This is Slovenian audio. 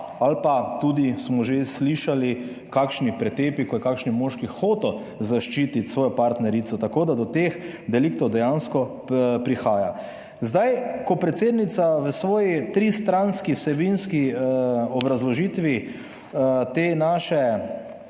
ali pa tudi smo že slišali kakšni pretepi, ko je kakšen moški hotel zaščititi svojo partnerico. Tako, da do teh deliktov dejansko prihaja. Zdaj, ko predsednica v svoji tristranski vsebinski obrazložitvi te naše